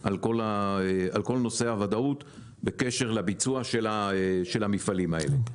על כל נושא הוודאות בקשר לביצוע של המפעלים האלה,